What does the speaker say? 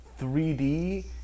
3d